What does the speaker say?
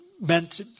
meant